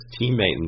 teammate